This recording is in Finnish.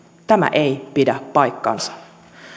tämä ei pidä paikkaansa